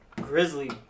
grizzly